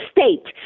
State